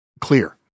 clear